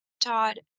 Todd